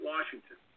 Washington